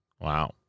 Wow